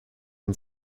and